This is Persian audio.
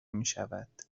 میشود